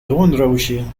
doornroosje